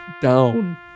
down